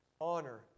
honor